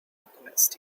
alchemist